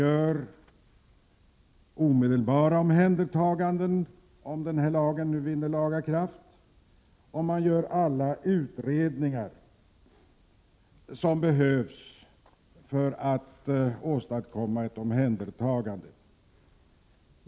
Om lagen nu antas kommer socialnämnden att göra omedelbara omhändertaganden och göra alla utredningar som behövs för att åstadkomma ett omhändertagande.